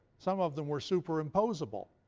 some of them were superimposable.